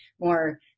more